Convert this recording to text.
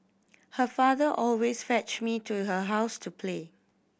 her father always fetch me to her house to play